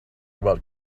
about